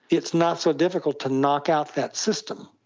it's not so difficult to knock out that system.